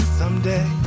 someday